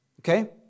Okay